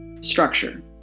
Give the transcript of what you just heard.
structure